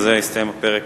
בזה הסתיים הפרק.